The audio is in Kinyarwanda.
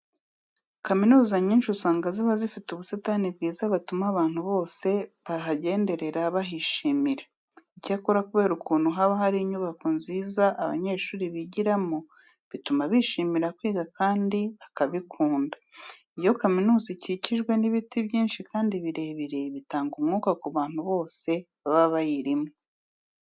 Kaminuza nyinshi usanga ziba zifite ubusitani bwiza butuma abantu bose bahagenderera bahishimira. Icyakora kubera ukuntu haba hari inyubako nziza abanyeshuri bigiramo, bituma bishimira kwiga kandi bakabikunda. Iyo kaminuza ikikijwe n'ibiti byinshi kandi birebire, bitanga umwuka ku bantu bose baba bayirimo.